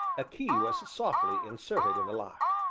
a key was softly inserted in the lock.